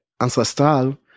ancestral